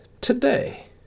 today